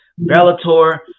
bellator